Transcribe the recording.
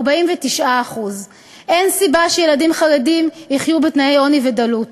49%. אין סיבה שילדים חרדים יחיו בתנאי עוני ודלות.